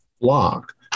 block